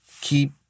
keep